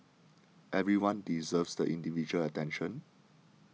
everyone deserves the individual attention